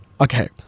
okay